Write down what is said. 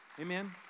Amen